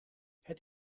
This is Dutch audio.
het